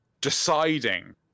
deciding